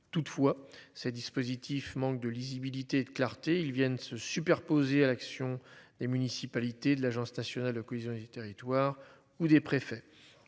Toutefois, ces dispositifs manque de lisibilité clarté ils viennent se superposer à l'action les municipalités de l'Agence nationale la cohésion des territoires ou des préfets.